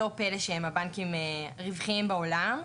לא פלא שהם הבנקים הרווחיים בעולם.